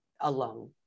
alone